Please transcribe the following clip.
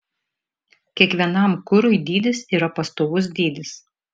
kiekvienam kurui dydis yra pastovus dydis